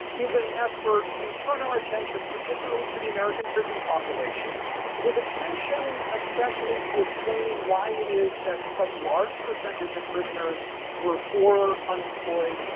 is an effort to turn our attention particularly to the american prison population with attention especially to explaining why it is that such large percentage of prisoners were poor, unemployed,